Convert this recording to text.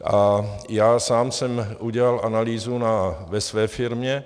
A já sám jsem udělal analýzu ve své firmě.